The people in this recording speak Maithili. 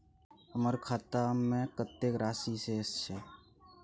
हमर खाता में कतेक राशि शेस छै?